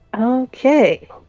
Okay